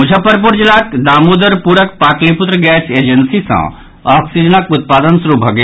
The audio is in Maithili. मुजफ्फरपुर जिलाक दामोदरपुरक पाटलिपुत्र गैस एजेंसी सँ ऑक्सीजनक उत्पादन शुरू भऽ गेल